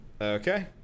Okay